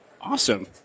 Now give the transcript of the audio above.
Awesome